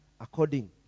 According